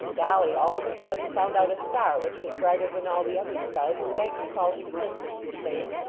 dolly all of a sudden found out a star which was brighter than all the other stars, and begged to call his attention to the same,